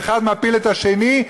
ואחד מפיל את השני,